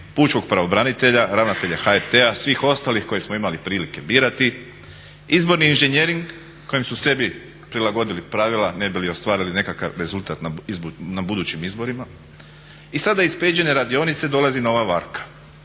pučki pravobranitelja, ravnatelja HRT-a, svih ostalih koje smo imali prilike birati, izborni inženjering kojim su sebi prilagodili pravila ne bi li ostvarili nekakav rezultat na budućim izborima. I sada iz Peđine radionice dolazi nova varka.